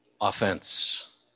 offense